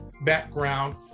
background